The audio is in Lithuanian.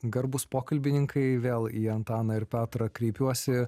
garbūs pokalbininkai vėl į antaną ir petrą kreipiuosi